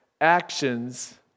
actions